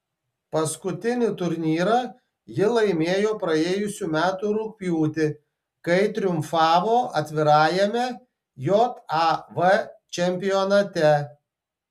paskutinį turnyrą ji laimėjo praėjusių metų rugpjūtį kai triumfavo atvirajame jav čempionate